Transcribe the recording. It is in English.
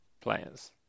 players